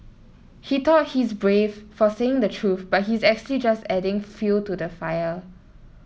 he thought he's brave for saying the truth but he's actually just adding fuel to the fire